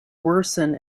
worsen